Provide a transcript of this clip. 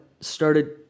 started